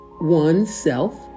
oneself